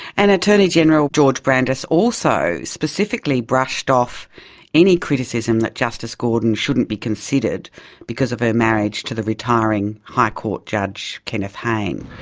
and attorney general george brandis also specifically brushed off any criticism that justice gordon shouldn't be considered because of her marriage to the retiring high court judge kenneth hayne.